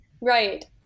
Right